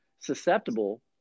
susceptible